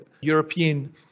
European